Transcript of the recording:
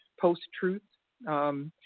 post-truth